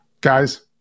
guys